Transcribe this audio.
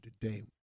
today